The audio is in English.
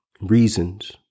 reasons